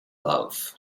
love